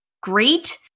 great